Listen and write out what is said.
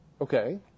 Okay